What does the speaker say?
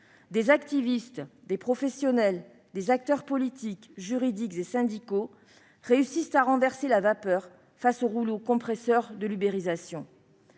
Des activistes, des professionnels, des acteurs politiques, juridiques et syndicaux réussissent à renverser la vapeur face au rouleau compresseur de l'ubérisation.